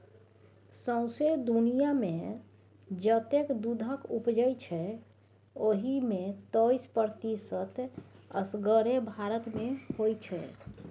सौंसे दुनियाँमे जतेक दुधक उपजै छै ओहि मे तैइस प्रतिशत असगरे भारत मे होइ छै